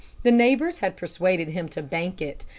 the neighbors had persuaded him to bank it,